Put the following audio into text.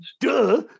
Duh